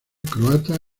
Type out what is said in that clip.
croata